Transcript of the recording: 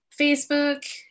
Facebook